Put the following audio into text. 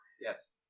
Yes